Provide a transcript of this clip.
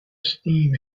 steam